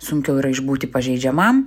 sunkiau yra išbūti pažeidžiamam